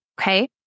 Okay